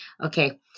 Okay